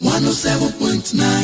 107.9